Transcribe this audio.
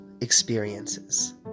experiences